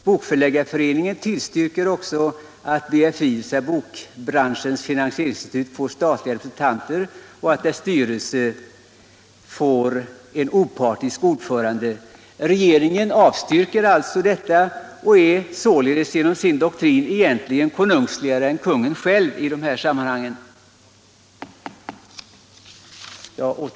Bokförläggareföreningen tillstyrker att BFI får statliga representanter och att dess styrelse får en opartisk ordförande. Men regeringen avstyrker detta och är således genom sin doktrin konungsligare än konungen själv i det här sammanhanget.